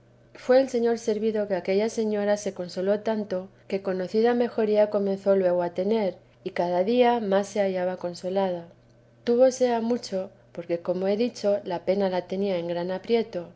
fué el señor servido que aquella señora se consoló tanto que conocida mejoría comenzó luego a tener y cada día más se hallaba consolada túvose a mucho porque como he dicho la pena la tenía en gran aprieto